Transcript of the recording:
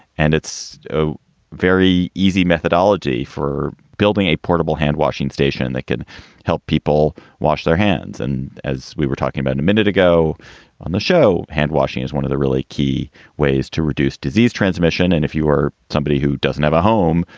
and it's ah very easy methodology for building a portable handwashing station that can help people wash their hands. and as we were talking about a and minute ago on the show, hand washing is one of the really key ways to reduce disease transmission. and if you are somebody who doesn't have a home,